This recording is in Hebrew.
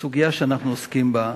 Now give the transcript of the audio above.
בסוגיה שאנחנו עוסקים בה,